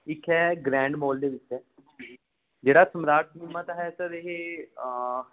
ਇੱਕ ਹੈ grand mall ਦੇ ਵਿੱਚ ਹੈ ਜਿਹੜਾ ਸਮਰਾਟ ਸਿਨੇਮਾ ਤਾਂ ਹੈ ਸਰ ਇਹ